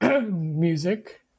music